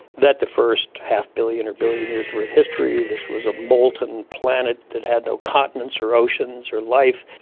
that for the first half billion or billion years of earth history this was a molten planet that had no continents or oceans or life,